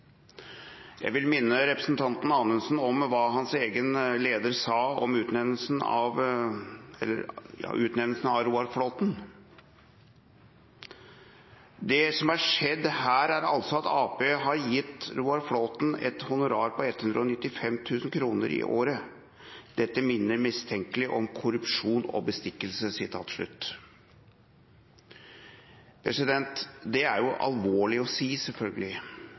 Jeg vil minne representanten Anundsen om hva hans egen leder sa om utnevnelsen av Roar Flåthen: Det som har skjedd her, er altså at Arbeiderpartiet har gitt Roar Flåthen et honorar på 195 000 kr i året. «Dette minner mistenkelig om korrupsjon og bestikkelser .» Det er alvorlig å si, selvfølgelig,